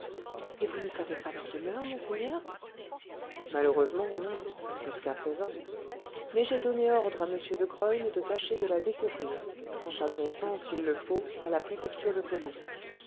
et vous ne savez pas leur demeure monseigneur malheureusement non jusqu'à présent mais j'ai donné ordre à m de graün de tâcher de la découvrir en s'adressant s'il le faut à la préfecture de police